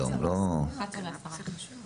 ההכשרה והפיקוח.